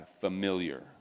familiar